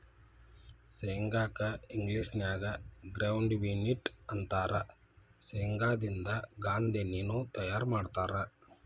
ಶೇಂಗಾ ಕ್ಕ ಇಂಗ್ಲೇಷನ್ಯಾಗ ಗ್ರೌಂಡ್ವಿ ನ್ಯೂಟ್ಟ ಅಂತಾರ, ಶೇಂಗಾದಿಂದ ಗಾಂದೇಣ್ಣಿನು ತಯಾರ್ ಮಾಡ್ತಾರ